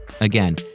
Again